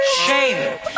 Shame